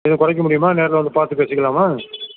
எதுவும் குறைக்க முடியுமா நேரில் வந்து பார்த்து பேசிக்கலாமா